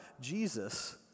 Jesus